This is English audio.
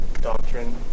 doctrine